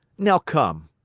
now come,